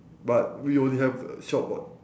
but we only have uh short what